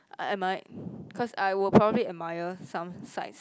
I I might because I will probably admire some sights